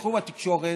בתחום התקשורת,